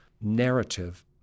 narrative